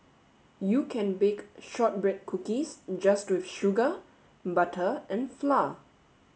you can bake shortbread cookies just with sugar butter and flour